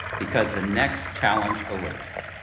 because the next challenge awaits.